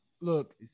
look